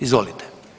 Izvolite.